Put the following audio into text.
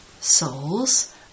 Souls